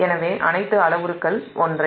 எனவே அனைத்து அளவுருக்கள் ஒன்றே